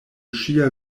ŝia